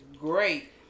Great